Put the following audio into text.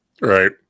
Right